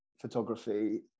photography